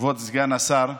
כבוד סגן השר,